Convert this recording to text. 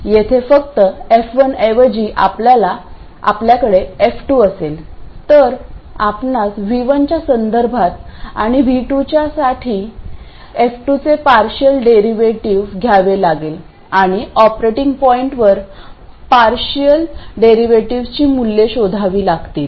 येथे फक्त f1 ऐवजी आपल्याकडे f2 असेल तर आपणास V1 च्या संदर्भात आणि V2 च्या साठी f2 चे पार्शियल डेरिव्हेटिव्ह घ्यावे लागेल आणि ऑपरेटिंग पॉईंटवर पार्शियल डेरिव्हेटिव्ह्जची मूल्ये शोधावी लागतील